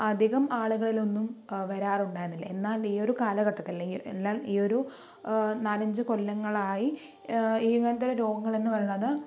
അധികം ആളുകളിലൊന്നും വരാറുണ്ടായിരുന്നില്ല എന്നാൽ ഈ ഒരു കാലഘട്ടത്തിൽ അല്ലെങ്കിൽ ഈ ഒരു നാലഞ്ചു കൊല്ലങ്ങളായി ഇങ്ങനത്തൊരു രോഗങ്ങളെന്ന് പറയണത്